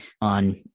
on